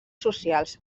socials